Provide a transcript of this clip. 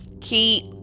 keep